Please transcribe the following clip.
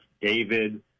David